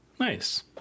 Nice